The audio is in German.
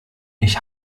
ich